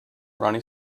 ronnie